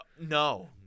No